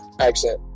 accent